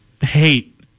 hate